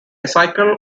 cycle